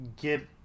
get